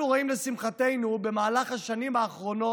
אנחנו רואים, לשמחתנו, במהלך השנים האחרונות,